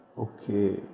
Okay